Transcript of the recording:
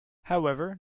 however